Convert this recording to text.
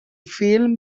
film